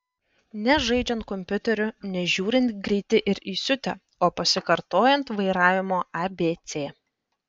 ne žaidžiant kompiuteriu ne žiūrint greiti ir įsiutę o pasikartojant vairavimo abc